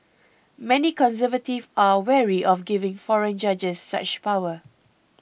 many conservatives are wary of giving foreign judges such power